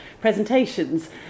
presentations